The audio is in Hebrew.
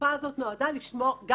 התקופה הזאת נועדה לשמור, גם